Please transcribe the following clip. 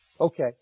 Okay